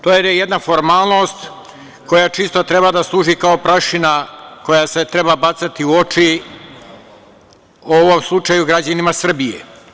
To je jedna formalnost koja čisto treba da služi kao prašina koja se treba bacati u oči, u ovom slučaju, građanima Srbije.